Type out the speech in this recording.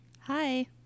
Hi